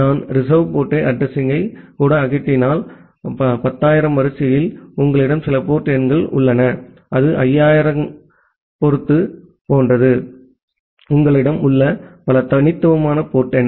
நான் reserve port அட்ரஸிங்யைக் கூட அகற்றினால் 10000 வரிசையில் உங்களிடம் சில போர்ட் எண்கள் உள்ளன அது 50000 ஐப் போன்றது உங்களிடம் உள்ள பல தனித்துவமான போர்ட் எண்